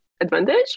advantage